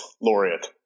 laureate